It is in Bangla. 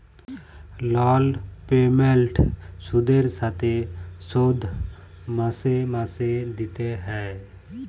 লল পেমেল্ট সুদের সাথে শোধ মাসে মাসে দিতে হ্যয়